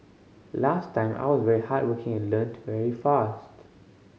last time I was very hardworking and learnt very fast